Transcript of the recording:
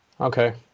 Okay